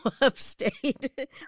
upstate